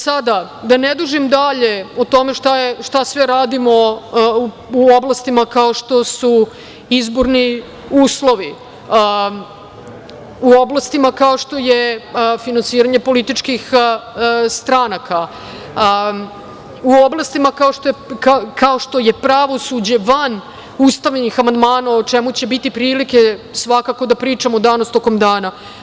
Sada, da ne dužim dalje, šta sve radimo u oblastima kao što su izborni uslovi, u oblastima kao što je finansiranje političkih stranaka, u oblastima kao što je pravosuđe, van ustavnih amandmana, o čemu će biti prilike svakako, da pričamo danas tokom dana.